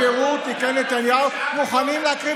של בירור תיקי נתניהו מוכנים להקריב